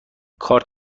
کارت